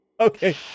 Okay